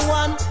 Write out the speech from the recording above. one